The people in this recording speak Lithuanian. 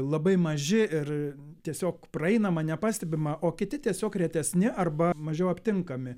labai maži ir tiesiog praeinama nepastebima o kiti tiesiog retesni arba mažiau aptinkami